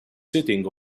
sitting